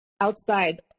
outside